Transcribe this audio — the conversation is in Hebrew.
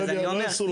אז אני אומר,